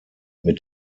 mit